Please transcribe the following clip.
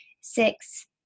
six